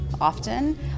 often